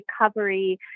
Recovery